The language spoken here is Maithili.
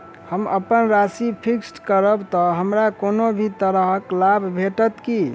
हम अप्पन राशि फिक्स्ड करब तऽ हमरा कोनो भी तरहक लाभ भेटत की?